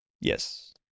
Yes